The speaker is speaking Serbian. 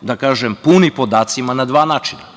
da kažem, puni podacima na dva načina. Prvo,